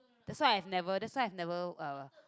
that's why I never that's why I never uh